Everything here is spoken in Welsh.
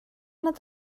paned